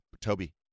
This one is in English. Toby